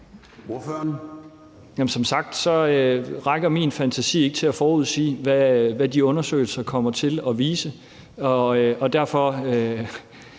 Som sagt rækker min fantasi ikke til at forudsige, hvad de undersøgelser kommer til at vise. Derfor